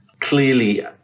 Clearly